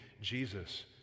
Jesus